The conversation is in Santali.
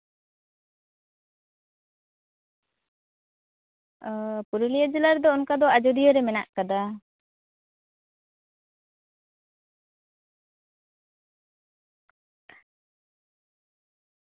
ᱚᱸᱻ ᱯᱩᱨᱩᱞᱤᱭᱟᱹ ᱡᱮᱞᱟ ᱨᱮᱫᱚ ᱚᱱᱠᱟ ᱫᱚ ᱟᱡᱚᱫᱤᱭᱟᱹ ᱨᱮ ᱢᱮᱱᱟᱜ ᱠᱟᱫᱟ